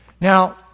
Now